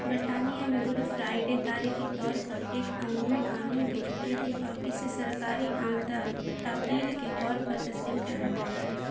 برطانیہ میں Good Friday تاریخی طور پر ایک عمومی قانون کی چھٹی تھی اور اسے سرکاری عام تعطیل کے طور پر تسلیم کیا جاتا ہے